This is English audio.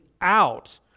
out